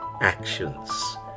actions